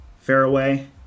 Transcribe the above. Fairway